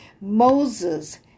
Moses